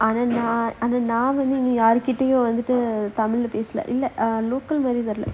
ஆனா நான் வந்து யார்கிட்டயும் வந்துட்டு:aanaa naan vanthu yarkittayum vanthuttu tamil leh பேசல இல்ல:pesala illa um local மாறி தெரில:maari therila